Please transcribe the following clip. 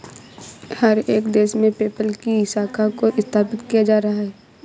हर एक देश में पेपल की शाखा को स्थापित किया जा रहा है